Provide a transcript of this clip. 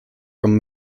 from